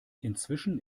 inzwischen